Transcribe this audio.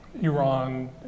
Iran